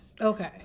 Okay